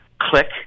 click